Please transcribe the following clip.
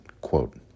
quote